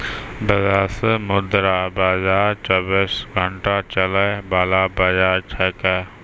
विदेशी मुद्रा बाजार चौबीस घंटा चलय वाला बाजार छेकै